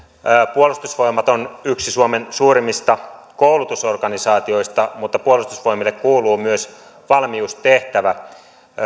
puolustusvoimat on yksi suomen suurimmista koulutusorganisaatioista mutta puolustusvoimille kuuluu myös valmiustehtävä